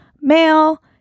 male